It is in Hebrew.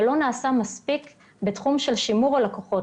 אבל לא נעשה מספיק בתחום של שימור הלקוחות